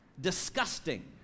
disgusting